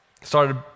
Started